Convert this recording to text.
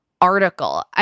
Article